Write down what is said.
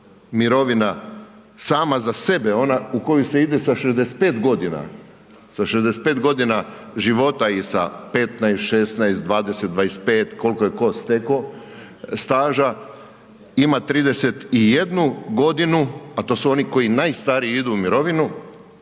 mirovina sama za sebe, ona u koju se sa 65 g. života i 15, 16, 20, 25, koliko je tko stekao staža, ima 31 g. a to su oni koji najstariji idu u mirovinu